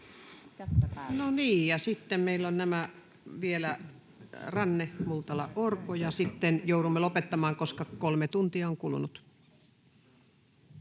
No niin, ja sitten meillä on vielä Ranne, Multala ja Orpo. Sitten joudumme lopettamaan, koska kolme tuntia on kulunut.